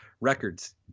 records